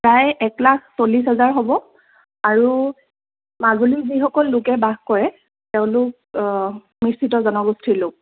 প্ৰায় একলাখ চল্লিছ হাজাৰ হ'ব আৰু মাজুলীত যিসকল লোকে বাস কৰে তেওঁলোক মিশ্ৰিত জনগোষ্ঠীৰ লোক